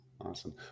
Awesome